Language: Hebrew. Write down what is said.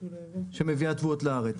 שמביאה תבואות לארץ.